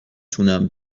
تونم